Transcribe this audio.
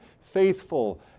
faithful